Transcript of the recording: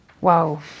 Wow